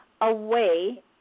away –